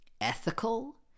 Ethical